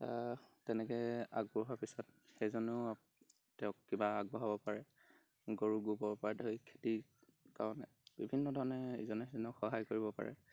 তেনেকৈ আগবঢ়া পিছত সেইজনো তেওঁক কিবা আগবঢ়াব পাৰে গৰু গোবৰৰ পৰা ধৰি খেতি কাৰণে বিভিন্ন ধৰণে ইজনে সিজনক সহায় কৰিব পাৰে